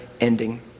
ending